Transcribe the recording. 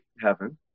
heaven